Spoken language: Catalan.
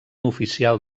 oficial